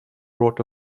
board